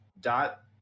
dot